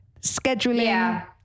scheduling